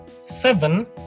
seven